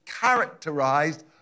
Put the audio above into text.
characterized